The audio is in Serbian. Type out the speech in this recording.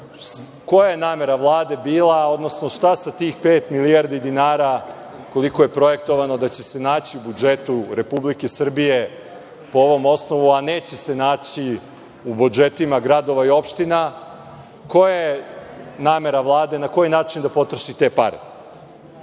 koja je namera Vlade bila, odnosno šta sa tih pet milijardi dinara, koliko je projektovano da će se naći u budžetu Republike Srbije po ovom osnovu, a neće se naći u budžetima gradova i opština, koja je namera Vlade na koji način da potroši te